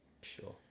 Sure